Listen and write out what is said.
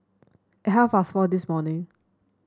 at half past four this morning